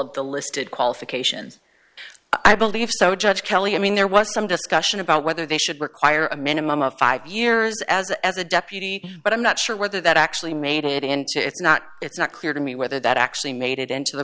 of the listed qualifications i believe so judge kelly i mean there was some discussion about whether they should require a minimum of five years as as a deputy but i'm not sure whether that actually made it into it's not it's not clear to me whether that actually made it into the